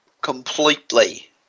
completely